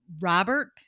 Robert